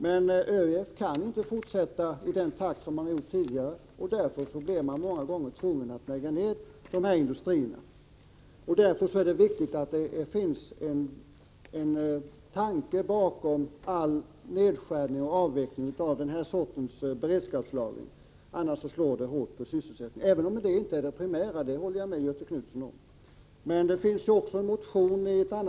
ÖEF har emellertid inte kunnat upprätthålla den tidigare takten i beredskapslagringen, och därför har det många gånger hänt att industrierna blivit tvungna att lägga ned verksamheten. Det är viktigt att det finns en tanke bakom all nedskärning och avveckling av den här typen av beredskapslagring. I annat fall slår nedskärningen hårt på sysselsättningen. Jag håller emellertid med Göthe Knutson om att sysselsättningsskälen inte är det primära.